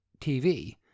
TV